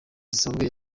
zisanzwe